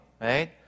right